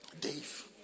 Dave